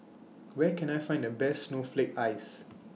Where Can I Find The Best Snowflake Ice